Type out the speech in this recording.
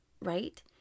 right